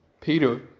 Peter